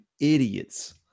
idiots